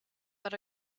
but